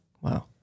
Wow